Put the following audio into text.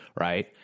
right